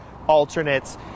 alternates